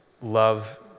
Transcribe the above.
love